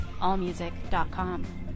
allmusic.com